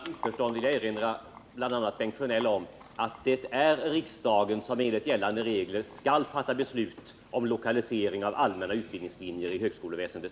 Herr talman! För att undvika alla missförstånd vill jag erinra bl.a. Bengt Sjönell om att det är riksdagen som enligt gällande regler skall fatta beslut om lokalisering av allmänna utbildningslinjer i högskoleväsendet.